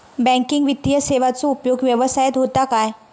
Banking वित्तीय सेवाचो उपयोग व्यवसायात होता काय?